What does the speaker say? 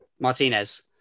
Martinez